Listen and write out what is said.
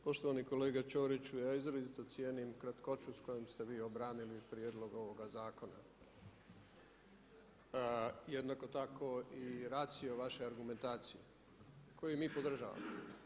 Poštovani kolega Ćoriću ja izrazito cijenim kratkoću s kojom ste vi obranili prijedlog ovoga zakona, jednako tako i racio vaše argumentacije koji mi podržavamo.